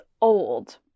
old